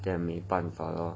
then 没办法咯